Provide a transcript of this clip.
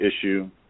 issue